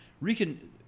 Recon